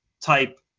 type